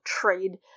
trade